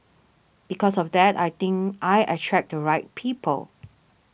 because of that I think I attract the right people